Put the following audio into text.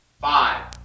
Five